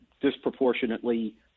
disproportionately